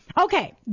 Okay